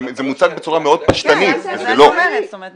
זה מוצג בצורה מאוד פשטנית -- אני אסיים